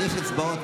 יש הצבעות.